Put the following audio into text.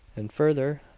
and further,